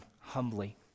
humbly